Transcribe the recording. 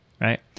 right